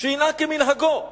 שינהג כמנהגו,